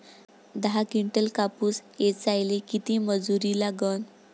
दहा किंटल कापूस ऐचायले किती मजूरी लागन?